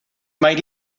might